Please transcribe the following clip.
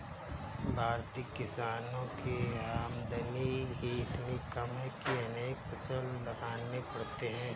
भारतीय किसानों की आमदनी ही इतनी कम है कि अनेक फसल लगाने पड़ते हैं